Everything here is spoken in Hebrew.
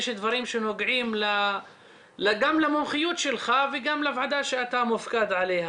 יש דברים שנוגעים גם למומחיות שלך וגם לוועדה שאתה מופקד עליה,